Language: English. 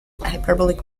hyperbolic